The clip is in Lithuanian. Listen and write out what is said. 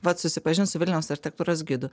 vat susipažint su vilniaus architektūros gidu